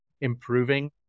improving